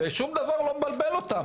ושום דבר לא מבלבל אותם,